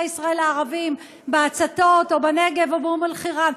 ישראל הערבים בהצתות או בנגב או באום אלחיראן?